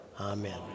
Amen